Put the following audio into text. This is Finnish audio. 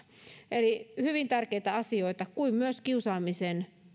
eli hyvin tärkeitä asioita niin kuin on myös kiusaamisen